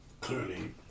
clearly